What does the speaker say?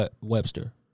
Webster